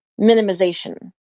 minimization